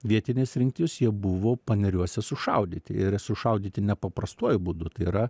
vietinės rinktinės jie buvo paneriuose sušaudyti ir sušaudyti ne paprastuoju būdu tai yra